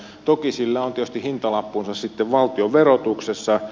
toki sillä on tietysti hintalappunsa sitten valtion verotuksessa